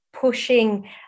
pushing